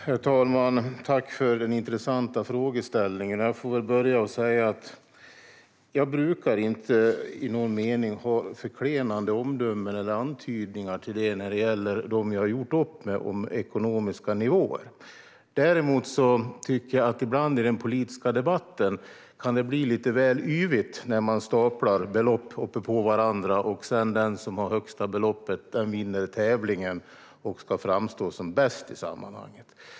Herr talman! Tack för den intressanta frågeställningen! Jag brukar inte använda förklenande omdömen eller antydningar till det när det gäller dem jag har gjort upp med om ekonomiska nivåer. Däremot tycker jag att det i den politiska debatten ibland kan bli lite väl yvigt när man staplar belopp på varandra och den som har högsta beloppet vinner tävlingen och ska framstå som bäst i sammanhanget.